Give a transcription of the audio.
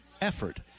effort